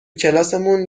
کلاسمون